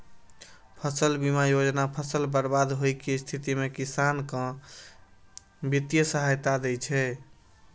फसल बीमा योजना फसल बर्बाद होइ के स्थिति मे किसान कें वित्तीय सहायता दै छै